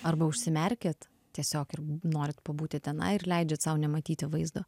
arba užsimerkiat tiesiog ir norit pabūti tenai ir leidžiat sau nematyti vaizdo